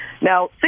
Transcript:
Now